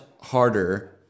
harder